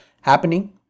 happening